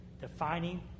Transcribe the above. defining